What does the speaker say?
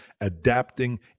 adapting